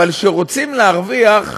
אבל שרוצים להרוויח,